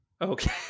okay